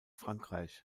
frankreich